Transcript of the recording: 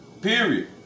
Period